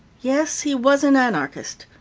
yes, he was an anarchist.